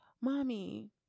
mommy